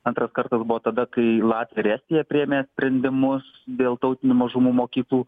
antras kartas buvo tada kai latvija ir estija priėmė sprendimus dėl tautinių mažumų mokyklų